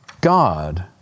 God